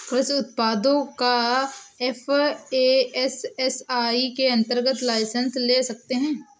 कृषि उत्पादों का एफ.ए.एस.एस.आई के अंतर्गत लाइसेंस ले सकते हैं